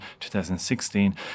2016